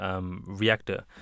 reactor